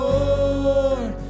Lord